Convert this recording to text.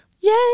Yay